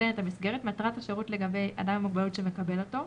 מטרת השירות לגבי אדם עם מוגבלות שמקבל אותו,